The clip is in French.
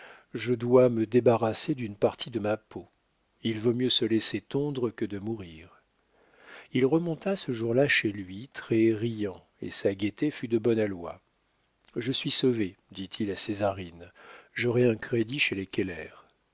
je dois me débarrasser d'une partie de ma peau il vaut mieux se laisser tondre que de mourir il remonta ce jour-là chez lui très riant et sa gaieté fut de bon aloi je suis sauvé dit-il à césarine j'aurai un crédit chez